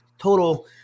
Total